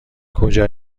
کجا